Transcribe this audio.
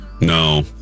No